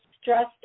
stressed